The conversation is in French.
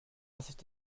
cette